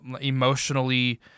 emotionally